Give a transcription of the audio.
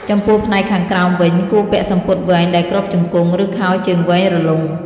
ចំពោះផ្នែកខាងក្រោមវិញ គួរពាក់សំពត់វែងដែលគ្របជង្គង់ ឬខោជើងវែងរលុង។